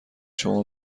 شما